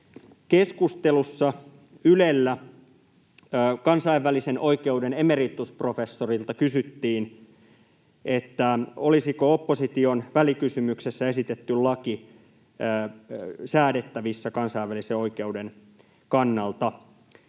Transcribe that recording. keskustelussa Ylellä kansainvälisen oikeuden emeritusprofessorilta kysyttiin, olisiko opposition välikysymyksessä esitetty laki säädettävissä kansainvälisen oikeuden kannalta.